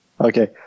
Okay